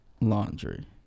laundry